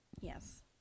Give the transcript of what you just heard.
Yes